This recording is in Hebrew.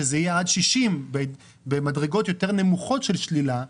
שזה יהיה עד 60 במדרגות יותר נמוכות של שלילה,